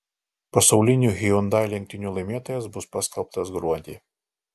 pasaulinių hyundai lenktynių laimėtojas bus paskelbtas gruodį